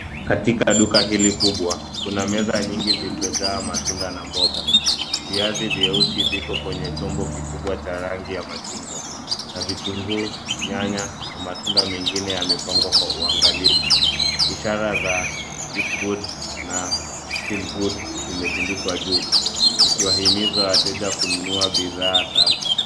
Katika duka hili kubwa, kuna meza nyingi zilizojaa matunda na mboga. Viazi vyeusi viko kwenye chombo kikubwa cha rangi ya machungwa, na vitunguu, nyanya, na matunda mengine yamepangwa kwa uangalifu. Ishara za Eat Good na Feel Good, vimetundikwa juu, zikiwahimiza wateja kununua bidhaa safi.